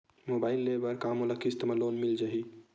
Mobile ले बर का मोला किस्त मा लोन मिल जाही?